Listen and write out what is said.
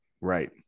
Right